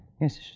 Yes